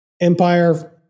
Empire